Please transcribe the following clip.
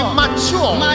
mature